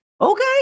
okay